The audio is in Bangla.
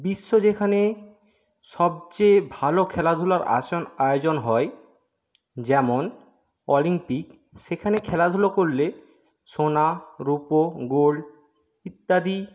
বিশ্ব যেখানে সবচেয়ে ভালো খেলাধুলার আয়োজন হয় যেমন অলিম্পিক সেখানে খেলাধুলো করলে সোনা রুপো গোল্ড ইত্যাদি